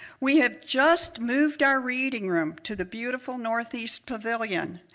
we have just moved our reading room to the beautiful northeast pavilion,